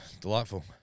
delightful